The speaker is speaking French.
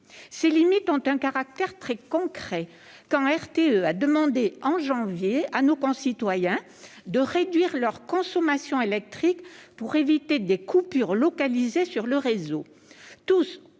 Ces limites ont pris un caractère très concret quand RTE a demandé en janvier à nos concitoyens de réduire leur consommation électrique pour éviter des coupures localisées sur le réseau.